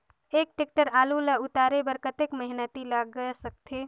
एक टेक्टर आलू ल उतारे बर कतेक मेहनती लाग सकथे?